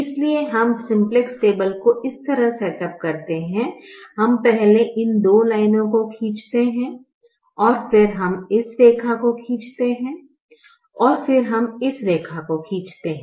इसलिए हम simplex table को इस तरह सेटअप करते हैं हम पहले इन दो लाइनों को खींचते हैं और फिर हम इस रेखा को खींचते हैं और फिर हम इस रेखा को खींच सकते हैं